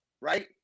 Right